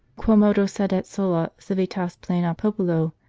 quomodo sedet sola civitas plena populo!